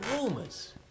rumors